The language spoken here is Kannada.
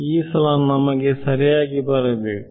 ಈ ಸಲ ನಮಗೆ ಸರಿಯಾಗಿ ಬರಬೇಕು